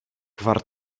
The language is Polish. gwar